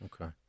Okay